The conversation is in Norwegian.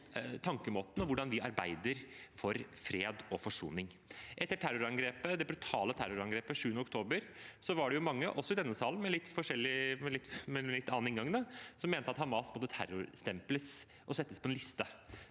og hvordan vi arbeider for fred og forsoning. Etter det brutale terrorangrepet 7. oktober var det mange – også i denne salen, med en litt annen inngang – som mente at Hamas måtte terrorstemples og settes på en liste.